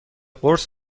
قرص